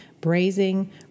braising